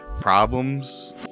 problems